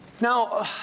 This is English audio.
Now